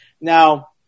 Now